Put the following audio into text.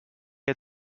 had